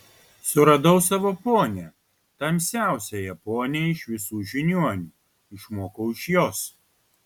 suradau savo ponią tamsiausiąją ponią iš visų žiniuonių išmokau iš jos